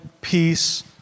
peace